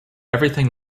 everything